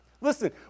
Listen